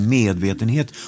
medvetenhet